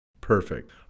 Perfect